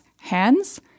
hands